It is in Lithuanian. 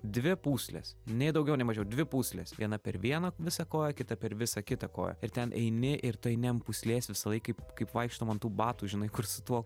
dvi pūslės nei daugiau nei mažiau dvi pūslės viena per vieną visą koją kita per visą kitą koją ir ten eini ir tu eini ant pūslės visąlaik kaip kaip vaikštom ant tų batų žinai kur su tuo